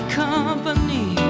company